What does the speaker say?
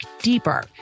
deeper